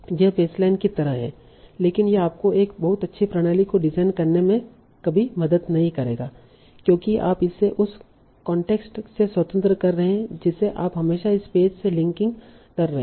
यह बेसलाइन की तरह है लेकिन यह आपको एक बहुत अच्छी प्रणाली को डिजाइन करने में कभी मदद नहीं करेगा क्योंकि आप इसे उस कांटेक्स्ट से स्वतंत्र कर रहे हैं जिसे आप हमेशा इस पेज से लिंकिंग कर रहे हैं